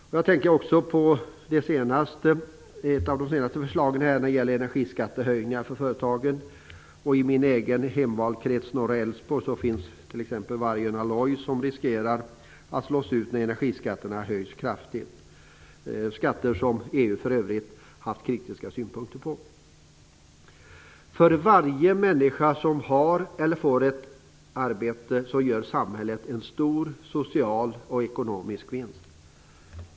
Jag tänker på ett av de senaste förslagen, det som gäller energiskattehöjningar för företagen. I min egen hemvalkrets norra Älvsborg finns t.ex. Vargön Aloys som riskerar att slås ut när energiskatterna höjs kraftigt, skatter som EU för övrigt haft kritiska synpunkter på. För varje människa som har eller får ett arbete gör samhället en stor social och ekonomisk vinst.